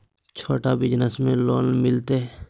छोटा बिजनस में लोन मिलेगा?